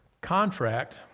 contract